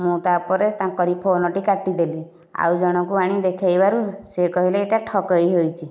ମୁଁ ତାପରେ ତାଙ୍କରି ଫୋନଟି କାଟିଦେଲି ଆଉ ଜଣକୁ ଆଣି ଦେଖେଇବାରୁ ସେ କହିଲେ ଏଇଟା ଠକେଇ ହୋଇଛି